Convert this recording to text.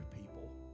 people